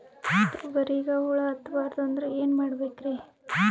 ತೊಗರಿಗ ಹುಳ ಹತ್ತಬಾರದು ಅಂದ್ರ ಏನ್ ಮಾಡಬೇಕ್ರಿ?